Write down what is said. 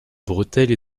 bretelles